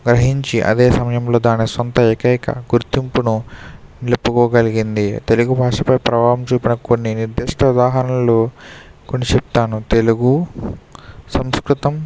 గ్రహించి అదే సమయంలో దాని సొంత ఏకైక గుర్తింపును నిలుపుకోగలిగింది తెలుగు భాష పై ప్రభావం చూపిన కొన్ని నిర్దిష్ట ఉదాహరణలు కొన్ని చెప్తాను తెలుగు సంస్కృతం